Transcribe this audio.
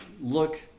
look